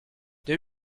deux